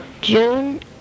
June